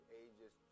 ages